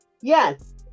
Yes